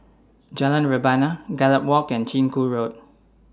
Jalan Rebana Gallop Walk and Chiku Road